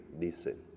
listen